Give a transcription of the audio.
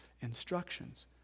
instructions